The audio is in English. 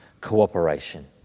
Cooperation